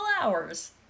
hours